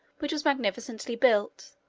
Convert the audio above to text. which was magnificently built,